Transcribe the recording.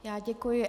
Já děkuji.